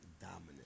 dominant